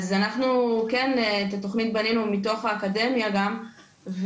אז אנחנו כן את התכנית בנינו מתוך האקדמיה גם,